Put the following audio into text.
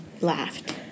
laughed